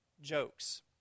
jokes